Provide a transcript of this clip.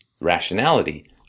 rationality